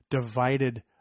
divided